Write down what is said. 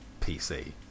PC